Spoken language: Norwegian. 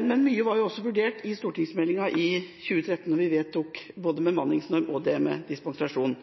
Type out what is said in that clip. Men mye var også vurdert i stortingsmeldinga i 2013. Vi vedtok både bemanningsnorm og det med dispensasjon.